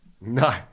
no